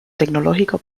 tecnológico